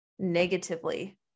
negatively